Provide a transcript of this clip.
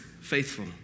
faithful